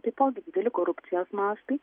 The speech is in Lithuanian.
taipogi dideli korupcijos mastai